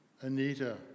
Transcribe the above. Anita